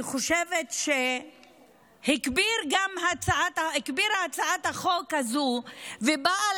אני חושבת שהצעת החוק הזו הגבירה ובאה